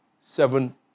seven